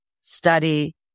study